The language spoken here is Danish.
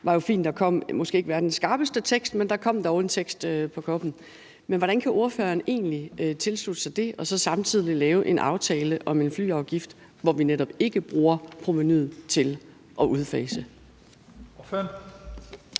det var jo fint, at der kom en tekst – måske ikke verdens skarpeste tekst, men der kom dog en tekst – på COP'en. Men hvordan kan ordføreren egentlig tilslutte sig det og så samtidig lave en aftale om en flyafgift, hvor vi netop ikke bruger provenuet til at udfase?